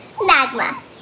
Magma